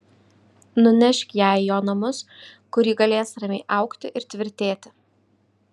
nunešk ją į jo namus kur ji galės ramiai augti ir tvirtėti